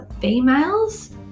females